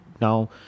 now